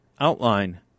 Outline